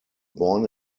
born